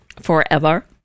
forever